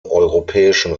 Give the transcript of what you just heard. europäischen